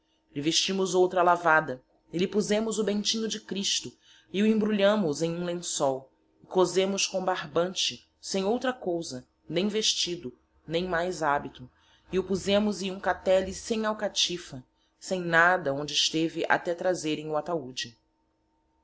vestimos outra lavada e lhe posemos o bentinho de christo e o emburilhamos em hum lençol e cozemos com barbante sem outra cousa nem vestido nem mais habito e o posemos em hum catele sem alcatifa nem nada onde esteve ate trazerem o ataude